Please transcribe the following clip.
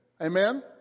Amen